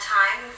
time